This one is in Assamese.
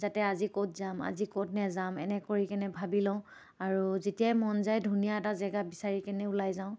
যাতে আজি ক'ত যাম আজি ক'ত নেযাম এনে কৰি কিনে ভাবি লওঁ আৰু যেতিয়াই মন যায় ধুনীয়া এটা জেগা বিচাৰি কিনে ওলাই যাওঁ